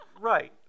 Right